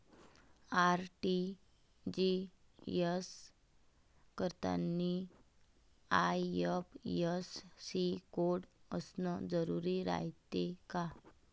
RTGS करतांनी IFSC code असन जरुरी रायते का?